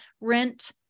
rent